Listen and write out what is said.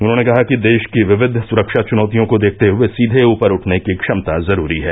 उन्होंने कहा कि देश की विविध सुरक्षा चुनौतियों को देखते हए सीधे ऊपर उठने की क्षमता जरूरी है